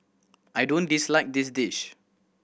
I don't dislike this dish